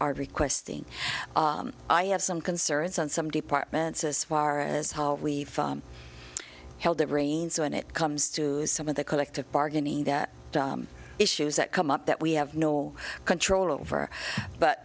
are requesting i have some concerns on some departments as far as how we've held their brains when it comes to some of the collective bargaining that issues that come up that we have no control over but